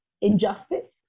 injustice